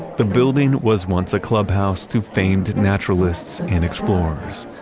the building was once a clubhouse to famed naturalists and explorers.